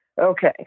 Okay